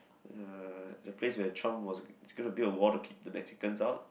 uh the place where Trump was he's gonna build a wall to keep the Mexicans out